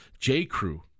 J.Crew